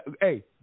hey